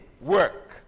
work